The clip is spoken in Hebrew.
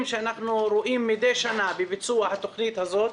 שאנחנו רואים מדי שנה בביצוע התוכנית הזאת